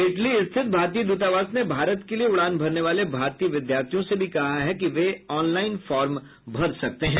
Italy स्थित भारतीय दूतावास ने भारत के लिए उड़ान भरने वाले भारतीय विद्यार्थियों से भी कहा है कि वे ऑन लाइन फॉर्म भर सकते हैं